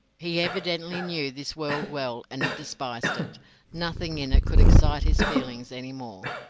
he evidently knew this world well and despised it nothing in it could excite his feelings any more.